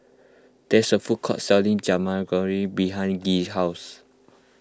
there's a food court selling Jajangmyeon behind Gee's house